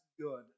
good